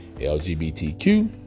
LGBTQ